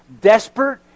desperate